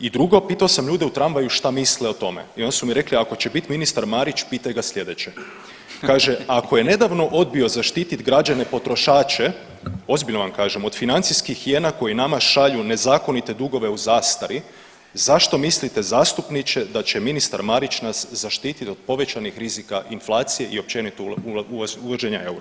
I drugo, pitao sam ljude u tramvaju šta misle i tome i onda su mi rekli ako će biti ministar Marić pitaj ga sljedeće, kaže ako je nedavno odbio zaštiti građane potrošače, ozbiljno vam kažem, od financijskih hijena koji nama šalju nezakonite dugove u zastari zašto mislite zastupniče da će ministar Marić nas zaštit od povećanih rizika inflacije i općenito uvođenja eura?